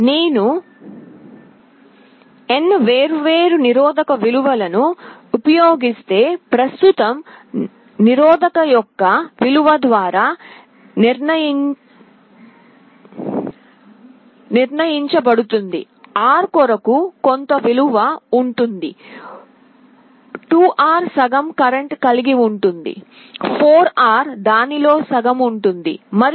నేను n వేర్వేరు నిరోధక విలువలను ఉపయోగిస్తే ప్రస్తుతము నిరోధకత యొక్క విలువ ద్వారా నిర్ణయించబడుతుంది R కొరకు కొంత విలువ ఉంటుంది 2R సగం కరెంట్ కలిగి ఉంటుంది 4R దానిలో సగం ఉంటుంది మరియు